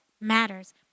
matters